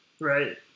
Right